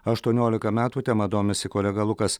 aštuoniolika metų tema domisi kolega lukas